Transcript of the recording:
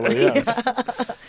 yes